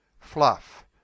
fluff